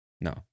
No